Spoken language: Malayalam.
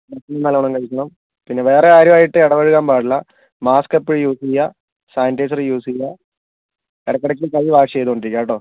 ഭക്ഷണം നല്ലോണം കഴിക്കണം പിന്നെവേറെ ആരുമായിട്ടും ഇടപഴകാൻ പാടില്ല മാസ്ക് എപ്പഴും യൂസ് ചെയ്യുക സാനിറ്റൈസർ യൂസ് ചെയ്യുക ഇടക്കിടക്ക് കൈ വാഷ് ചെയ്തുകൊണ്ടിരിക്കുക കേട്ടോ